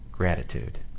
gratitude